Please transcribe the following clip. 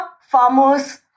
farmers